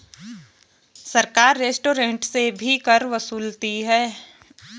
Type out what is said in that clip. सरकार रेस्टोरेंट से भी कर वसूलती है